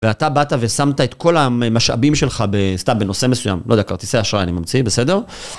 ואתה באת ושמת את כל המשאבים שלך סתם בנושא מסוים, לא יודע, כרטיסי אשראי אני ממציא, בסדר?